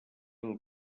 del